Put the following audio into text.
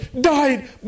died